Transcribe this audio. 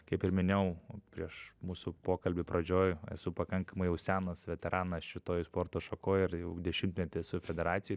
kaip ir minėjau prieš mūsų pokalbį pradžioj esu pakankamai senas veteranas šitoj sporto šakoj ir jau dešimtmetį esu federacijoj